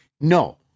no